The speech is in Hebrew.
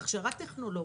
הכשרה טכנולוגית,